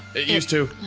it use to.